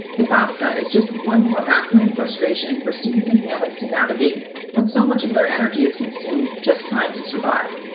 the fafsa is just one more baffling frustration for students and families to navigate when so much of their energy is consumed just trying to survive.